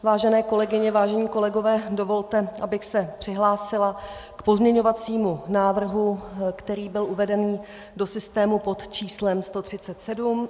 Vážené kolegyně, vážení kolegové, dovolte, abych se přihlásila k pozměňovacímu návrhu, který byl uveden do systému pod číslem 137.